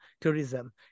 tourism